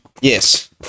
Yes